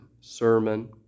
sermon